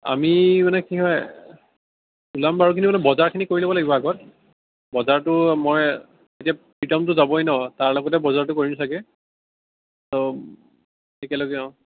আমি মানে কি হয় যাম বাৰু কিন্তু বজাৰখিনি কৰি ল'ব লাগিব আগত বজাৰটো মই এতিয়া প্ৰীতমতো যাবই ন তাৰ লগতে বজাৰটো কৰিম চাগে চব একেলগে অ'